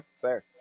Fair